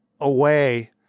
away